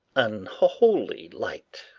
unholy light,